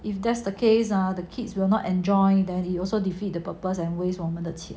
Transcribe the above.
if that's the case are the kids will not enjoy that he also defeat the purpose and waste 我们的钱